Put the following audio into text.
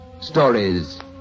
Stories